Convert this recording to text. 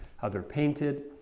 how they're painted,